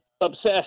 obsessed